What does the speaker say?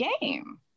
game